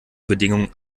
bedingungen